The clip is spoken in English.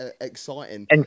exciting